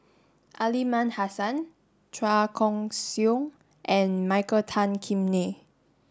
Aliman Hassan Chua Koon Siong and Michael Tan Kim Nei